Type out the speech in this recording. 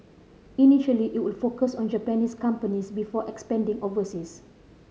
initially it would focus on Japanese companies before expanding overseas